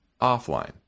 offline